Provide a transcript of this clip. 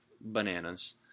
bananas